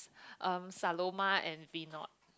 um Saloma and Vinod